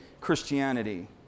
Christianity